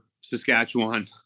Saskatchewan